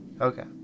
Okay